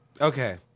Okay